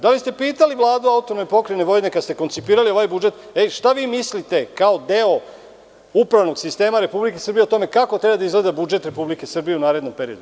Da li ste pitali Vladu AP Vojvodine kada ste koncipirali ovaj budžet – šta vi mislite kao deo upravnog sistema Republike Srbije o tome kako treba da izgleda budžet Republike Srbije u narednom periodu?